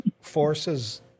Forces